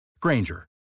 Granger